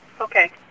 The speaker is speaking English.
Okay